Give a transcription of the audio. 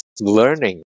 learning